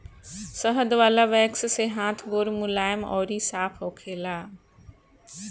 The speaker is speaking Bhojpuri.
शहद वाला वैक्स से हाथ गोड़ मुलायम अउरी साफ़ होखेला